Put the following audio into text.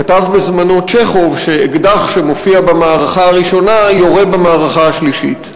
כתב בזמנו צ'כוב שאקדח שמופיע במערכה הראשונה יורה במערכה השלישית.